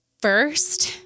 first